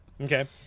okay